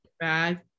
bag